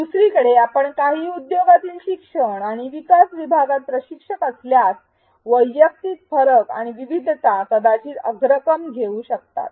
दुसरीकडे आपण काही उद्योगातील शिक्षण आणि विकास विभागात प्रशिक्षक असल्यास वैयक्तिक फरक आणि विविधता कदाचित अग्रक्रम घेऊ शकेल